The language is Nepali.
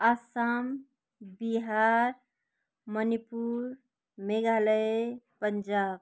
आसाम बिहार मणिपुर मेघालय पन्जाब